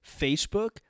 Facebook